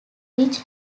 each